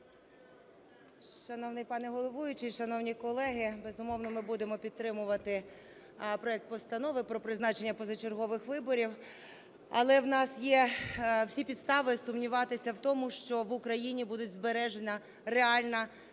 Шановний пане головуючий, шановні колеги, безумовно, ми будемо підтримувати проект Постанови про призначення позачергових виборів. Але у нас є всі підстави сумніватися в тому, що в Україні буде збережена реальна